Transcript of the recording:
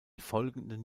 folgenden